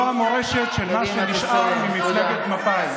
זו המורשת של מה שנשאר ממפלגת מפא"י.